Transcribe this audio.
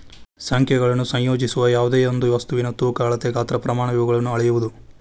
ಸಂಖ್ಯೆಗಳನ್ನು ಸಂಯೋಜಿಸುವ ಯಾವ್ದೆಯೊಂದು ವಸ್ತುವಿನ ತೂಕ ಅಳತೆ ಗಾತ್ರ ಪ್ರಮಾಣ ಇವುಗಳನ್ನು ಅಳೆಯುವುದು